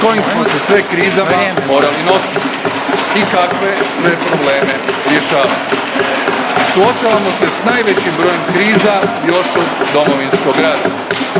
kojim smo se sve krizama morali nositi i kakve sve probleme rješavati. Suočavamo se s najvećim brojem kriza još od Domovinskog rata.